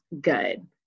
Good